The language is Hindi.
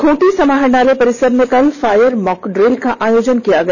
खूंटी समाहरणालय परिसर में कल फायर मॉक ड्रील का आयोजन किया गया